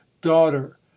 daughter